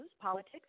politics